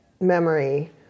memory